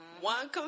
One